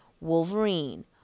Wolverine